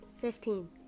Fifteen